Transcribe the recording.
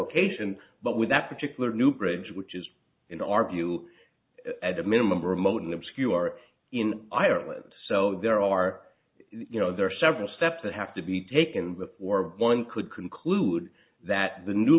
location but with that particular new bridge which is in our view at a minimum remote and obscure in ireland so there are you know there are several steps that have to be taken before one could conclude that the new